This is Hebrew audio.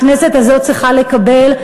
הכנסת הזאת צריכה לקבל.